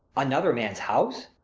another man's house!